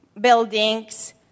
buildings